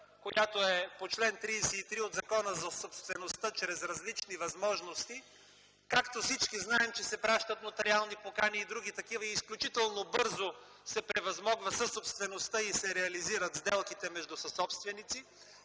която е по чл. 33 от Закона за собствеността – чрез различни възможности. Всички знаем, че се пращат нотариални покани и други такива, изключително бързо се превъзмогва съсобствеността и се реализират сделките между съсобственици.